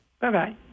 Bye-bye